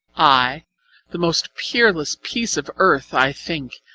ay the most peerless piece of earth, i think,